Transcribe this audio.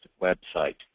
website